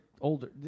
older